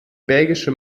belgische